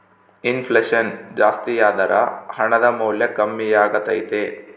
ಇನ್ ಫ್ಲೆಷನ್ ಜಾಸ್ತಿಯಾದರ ಹಣದ ಮೌಲ್ಯ ಕಮ್ಮಿಯಾಗತೈತೆ